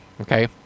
Okay